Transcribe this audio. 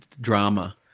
drama